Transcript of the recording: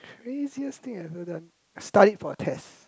craziest thing I have ever done studying for a test